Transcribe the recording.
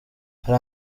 hari